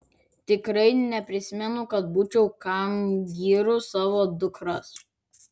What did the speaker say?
tikrai neprisimenu kad būčiau kam gyrus savo dukras